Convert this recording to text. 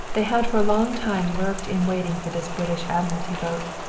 they had for a long time lurked in waiting for this british admiralty boat,